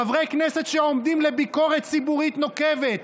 חברי כנסת שעומדים לביקורת ציבורית נוקבת,